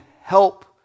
help